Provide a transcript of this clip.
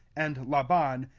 and laban,